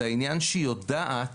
זה העניין שהיא יודעת